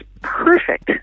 perfect